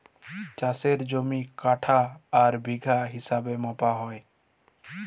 চাষের জমি কাঠা আর বিঘা হিছাবে মাপা হ্যয়